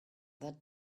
that